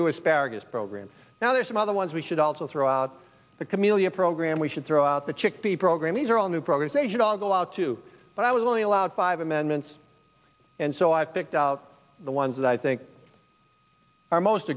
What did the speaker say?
new asparagus program now there are some other ones we should also throughout the community a program we should throw out the chick the program these are all new programs they should all go out to but i was only allowed five amendments and so i've picked the ones that i think are most